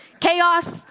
Chaos